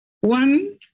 one